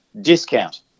Discount